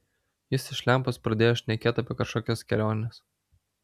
jis iš lempos pradėjo šnekėt apie kažkokias keliones